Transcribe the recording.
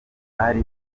hari